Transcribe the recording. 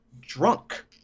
Drunk